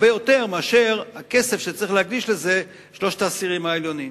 הרבה יותר מהכסף שצריכים להקדיש לזה שלושת העשירונים העליונים.